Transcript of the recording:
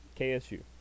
KSU